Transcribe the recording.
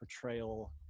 portrayal